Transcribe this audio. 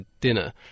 dinner